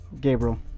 Gabriel